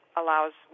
allows